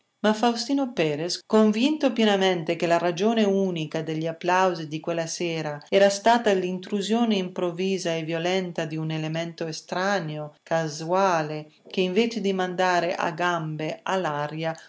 ma faustino perres convinto pienamente che la ragione unica degli applausi di quella sera era stata l'intrusione improvvisa e violenta di un elemento estraneo casuale che invece di mandare a gambe all'aria